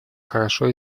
хорошо